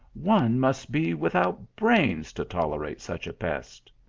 one must be without brains to tolerate such a pest.